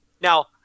Now